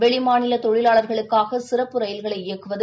வெளிமாநிலதொழிலாளர்களுக்காகசிறப்பு ரயில்களை இயக்குவது